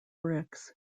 bricks